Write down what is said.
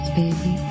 baby